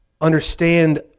understand